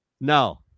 No